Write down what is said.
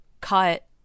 cut